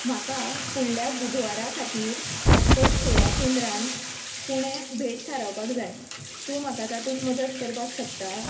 म्हाका फुडल्या बुधवारा खातीर पासपोर्ट सेवा केंद्रांत पुणे भेट थारावपाक जाय तूं म्हाका तातूंत मजत करपाक शकता